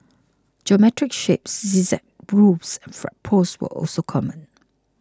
geometric shapes zigzag roofs and flagpoles were also common